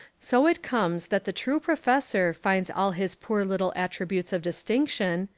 so it comes that the true professor finds all his poor little attributes of distinction,